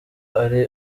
ari